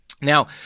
Now